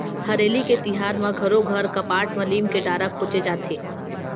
हरेली के तिहार म घरो घर कपाट म लीम के डारा खोचे जाथे